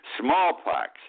Smallpox